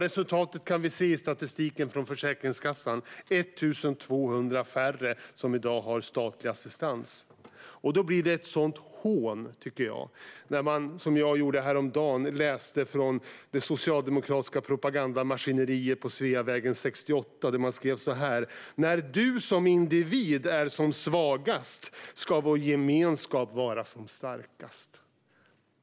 Resultatet kan vi se i statistiken från Försäkringskassan: Det är 1 200 färre som i dag har statlig assistans. Då blir det ett hån, tycker jag, att läsa, som jag gjorde häromdagen, det som skrivits från det socialdemokratiska propagandamaskineriet på Sveavägen 68. Man skrev så här: När du som individ är som svagast ska vår gemenskap vara som starkast.